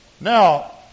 Now